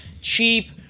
Cheap